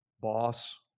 boss